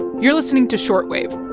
you're listening to short wave